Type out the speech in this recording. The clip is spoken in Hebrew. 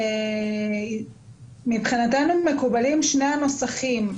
מבחינתנו, מקובלים שני הנוסחים.